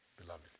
beloved